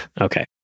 Okay